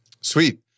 Sweet